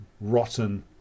rotten